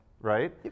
right